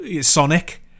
Sonic